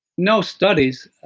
no studies.